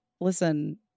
listen